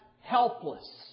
helpless